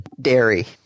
dairy